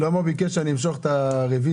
שלמה ביקש שאני אמשוך את הרוויזיות,